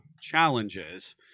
challenges